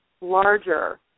larger